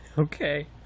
okay